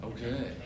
Okay